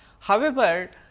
however,